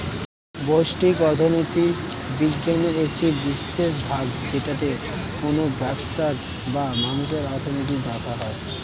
ব্যষ্টিক অর্থনীতি বিজ্ঞানের একটি বিশেষ ভাগ যেটাতে কোনো ব্যবসার বা মানুষের অর্থনীতি দেখা হয়